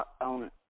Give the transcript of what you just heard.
on